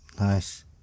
Nice